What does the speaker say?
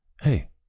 hey